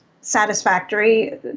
satisfactory